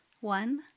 one